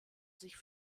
sich